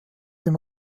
dem